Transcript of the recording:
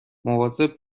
مواظب